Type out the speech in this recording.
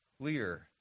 clear